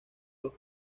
los